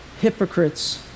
hypocrites